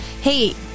Hey